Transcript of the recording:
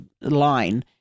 line